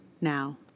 now